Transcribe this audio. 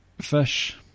fish